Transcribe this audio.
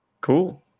cool